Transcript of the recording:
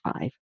five